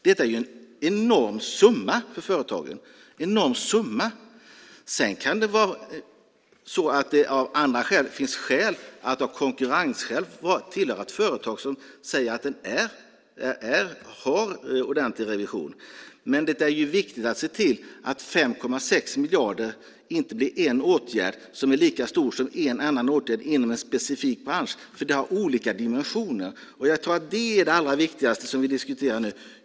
Detta är en enorm summa för företagen. Sedan kan det vara så att ett företag av konkurrensskäl säger att man har ordentlig revision. Men det är ju viktigt att se till att en åtgärd som motsvarar 5,6 miljarder inte blir lika stor som en annan åtgärd inom en specifik bransch, för det har olika dimensioner. Jag tror att det är det allra viktigaste som vi diskuterar nu.